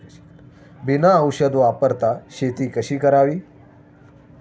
बिना औषध वापरता शेती कशी करावी?